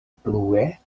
plue